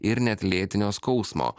ir net lėtinio skausmo